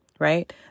right